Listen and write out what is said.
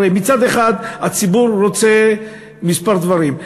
הרי מצד אחד הציבור רוצה כמה דברים.